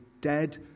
dead